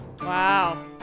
Wow